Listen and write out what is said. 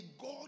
God